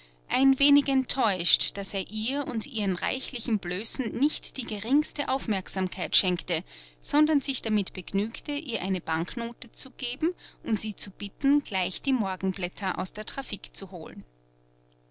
ein wenig enttäuscht daß er ihr und ihren reichlichen blößen nicht die geringste aufmerksamkeit schenkte sondern sich damit begnügte ihr eine banknote zu geben und sie zu bitten gleich die morgenblätter aus der trafik zu holen